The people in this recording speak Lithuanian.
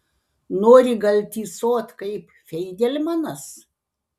nori gal tysot kaip feigelmanas